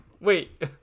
Wait